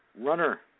Runner